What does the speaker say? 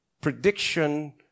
prediction